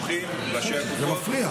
זה מפריע.